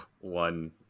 one